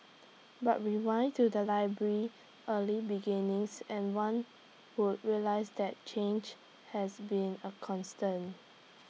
but rewind to the library's early beginnings and one would realise that change has been A constant